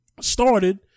started